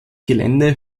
gelände